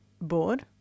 board